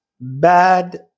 bad